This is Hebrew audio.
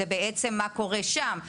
זה בעצם מה קורה שם.